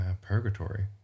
purgatory